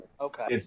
Okay